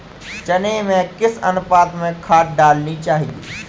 चने में किस अनुपात में खाद डालनी चाहिए?